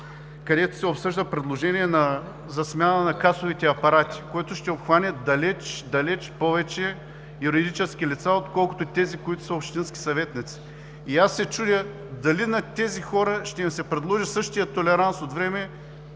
който се обсъжда предложение за смяна на касовите апарати, което ще обхване далеч – далеч повече юридически лица, отколкото тези, които са общински съветници. Чудя се дали на тези хора ще им се предложи същият толеранс от време